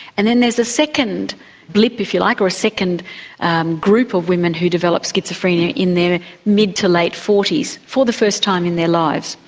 and then there's a second blip if you like, or a second group of women who develop schizophrenia in their mid to late forty s for the first time in their lives.